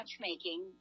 matchmaking